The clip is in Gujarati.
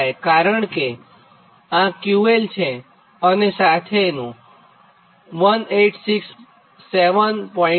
કારણ કે આ QL છે અને સાથેનું 𝑄𝐿1 એ 1867